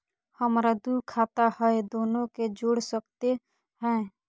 हमरा दू खाता हय, दोनो के जोड़ सकते है?